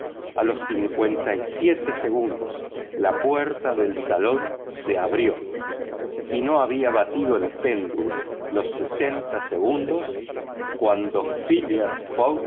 a los cincuenta y siete segundos la puerta del salón se abrió y no había batido el péndulo los sesenta segundos cuando phileas